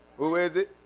who is it?